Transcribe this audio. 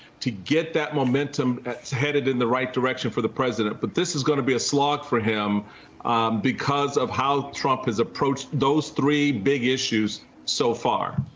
to get that momentum headed in the right direction for the president. but this is going to be a slog for him because of how trump has approached those three big issues so far.